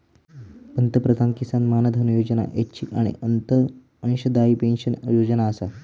पंतप्रधान किसान मानधन योजना ऐच्छिक आणि अंशदायी पेन्शन योजना आसा